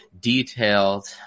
detailed